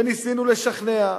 וניסינו לשכנע,